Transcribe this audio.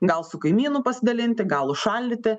gal su kaimynu pasidalinti gal užšaldyti